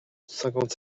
cinquante